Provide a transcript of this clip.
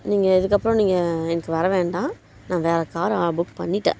நீங்கள் இதுக்கப்புறம் நீங்கள் எனக்கு வர வேண்டாம் நான் வேற காரை புக் பண்ணிட்டேன்